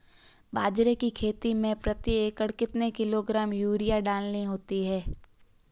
बाजरे की खेती में प्रति एकड़ कितने किलोग्राम यूरिया डालनी होती है?